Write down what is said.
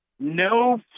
No